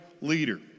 leader